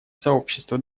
сообщество